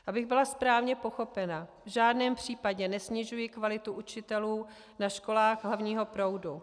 Abych byla správně pochopena, v žádném případě nesnižuji kvalitu učitelů na školách hlavního proudu.